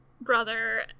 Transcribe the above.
brother